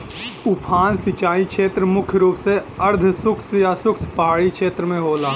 उफान सिंचाई छेत्र मुख्य रूप से अर्धशुष्क या शुष्क पहाड़ी छेत्र में होला